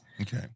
Okay